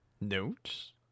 Notes